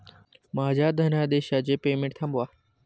माझ्या धनादेशाचे पेमेंट थांबवा